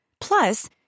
Plus